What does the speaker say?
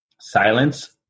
silence